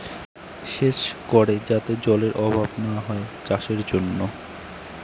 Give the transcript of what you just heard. সেচ করে যাতে জলেরর অভাব না হয় চাষের জন্য